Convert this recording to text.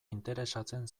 interesatzen